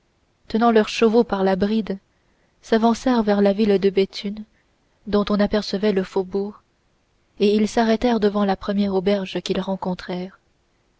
tenant leurs chevaux par la bride s'avancèrent vers la ville de béthune dont on apercevait le faubourg et ils s'arrêtèrent devant la première auberge qu'ils rencontrèrent